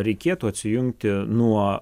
reikėtų atsijungti nuo